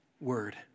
word